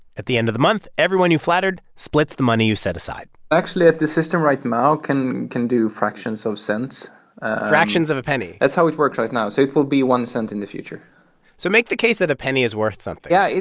at the end of the month, everyone you flattred splits the money you set aside actually, the system right now can can do fractions of cents fractions of a penny? that's how it works right now. so it will be one cent in the future so make the case that a penny is worth something yeah,